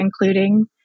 including